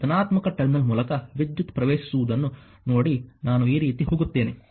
ಆ ಧನಾತ್ಮಕ ಟರ್ಮಿನಲ್ ಮೂಲಕ ವಿದ್ಯುತ್ ಪ್ರವೇಶಿಸುವುದನ್ನು ನೋಡಿ ನಾನು ಈ ರೀತಿ ಹೋಗುತ್ತೇನೆ